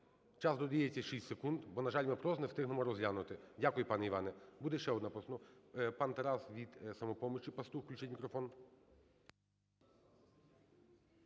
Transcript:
Час додається 6 секунд, бо, на жаль, ми просто не встигнемо розглянути. Дякую, пане Іване. Буде ще одна… Пан Тарас від "Самопомочі", Пастух. Включіть мікрофон.